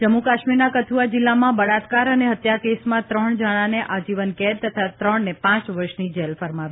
જમ્મ્ કાશ્મીરના કથ્રઆ જિલ્લામાં બળાત્કાર અને હત્યાકેસમાં ત્રણ જણાંને આજીવન કેદ તથા ત્રણને પાંચ વર્ષની જેલ ફરમાવી